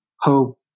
hope